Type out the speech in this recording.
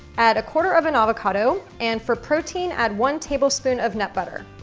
add a quarter of an avocado and for protein add one tablespoon of nut butter.